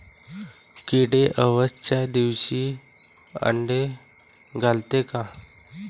किडे अवसच्या दिवशी आंडे घालते का?